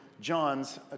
John's